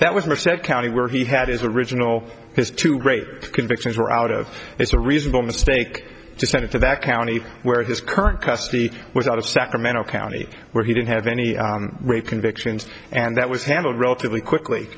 that was reset county where he had his original his two great convictions were out of it's a reasonable mistake to send it to that county where his current custody was out of sacramento county where he didn't have any rape convictions and that was handled relatively quickly